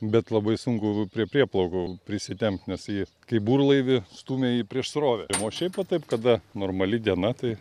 bet labai sunku prie prieplaukų prisitempt nes jį kaip burlaivį stumia jį prieš srovę o šiaip va taip kada normali diena tai